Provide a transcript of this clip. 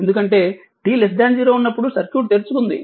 ఎందుకంటే t 0 ఉన్నప్పుడు circuit తెరుచుకుంది